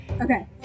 Okay